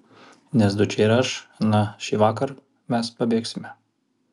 nes dučė ir aš na šįvakar mes pabėgsime